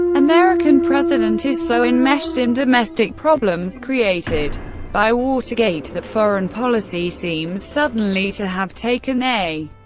american president is so enmeshed in domestic problems created by watergate that foreign policy seems suddenly to have taken a.